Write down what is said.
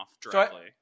directly